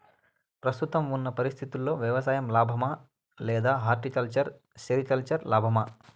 ప్రస్తుతం ఉన్న పరిస్థితుల్లో వ్యవసాయం లాభమా? లేదా హార్టికల్చర్, సెరికల్చర్ లాభమా?